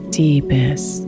deepest